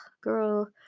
girl